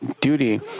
duty